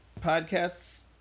podcasts